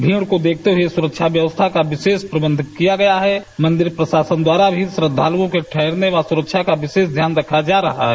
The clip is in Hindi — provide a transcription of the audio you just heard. भीड़ को देखते हुए सुरक्षा व्यवस्था का विशेष प्रबंध किया गया है मंदिर प्रशासन द्वारा भी श्रद्धालुओं के ठहरने व सुरक्षा का विशेष ध्यान रखा जा रहा है